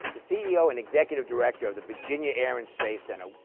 the ceo and executive director of the virginia air and space center.